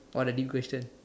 oh the new question